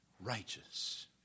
righteous